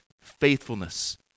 faithfulness